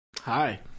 hi